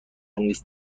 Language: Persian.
نیست